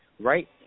right